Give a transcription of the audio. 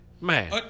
Man